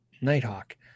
Nighthawk